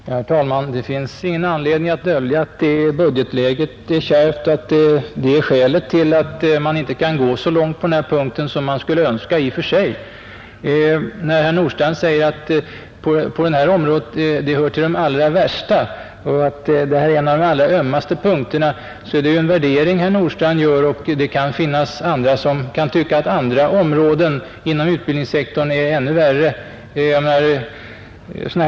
Herr talman! Det finns ingen anledning att dölja att budgetläget är kärvt, och att det är skälet till att man på denna punkt inte kan gå så långt som man skulle önska i och för sig. När herr Nordstrandh säger att på detta område finns de värsta problemen och att vi här har en av de allra ömmaste punkterna så är det en värdering herr Nordstrandh ger uttryck åt. Det kan finnas andra som tycker att andra områden inom utbildningssektorn har ännu värre problem.